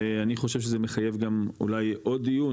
ואני חושב שזה מחייב גם אולי עוד דיון,